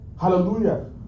Hallelujah